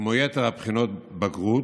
כמו יתר בחינות הבגרות,